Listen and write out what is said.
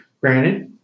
granted